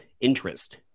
interest